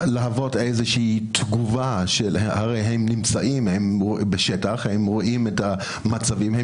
להוות איזושהי תגובה כי הרי הם נמצאים בשטח והם רואים את המצבים.